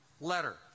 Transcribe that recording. letter